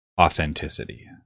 authenticity